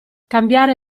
cambiare